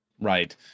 right